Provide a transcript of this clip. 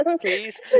Please